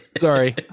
Sorry